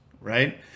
Right